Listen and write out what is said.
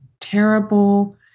terrible